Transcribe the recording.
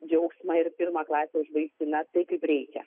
džiaugsmą ir pirmą klasę užbaihgti na taip kaip reikia